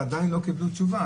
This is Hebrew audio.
והם עדיין לא קיבלו תשובה,